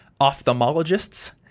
ophthalmologists